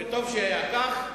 וטוב שכך.